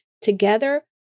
Together